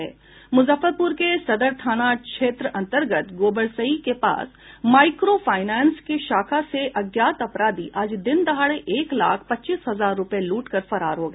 मुजफ्फरपुर के सदर थाना क्षेत्र अंतर्गत गोबरसही के पास माईक्रो फाईनांस के शाख से अज्ञात अपराधी आज दिन दहाड़े एक लाख पच्चीस हजार रूपये लूटकर फरार हो गया